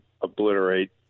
obliterate